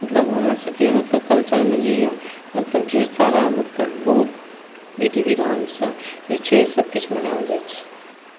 मतलब हमर सभकेँ मतलब कल्चरमे जे यऽमतलब ढ़ेर सारा मतलब बहुत विधि विधान सभ जे छै सभ किछु मनाएल जाइ छै